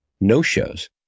no-shows